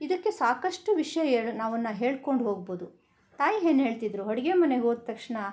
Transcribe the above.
ಇದಕ್ಕೆ ಸಾಕಷ್ಟು ವಿಷಯ ನಾವು ಇನ್ನು ಹೇಳ್ಕೊಂಡು ಹೋಗಬಹುದು ತಾಯಿ ಏನು ಹೇಳ್ತಿದ್ರು ಅಡುಗೆ ಮನೆ ಹೋದ ತಕ್ಷಣ